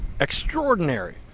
extraordinary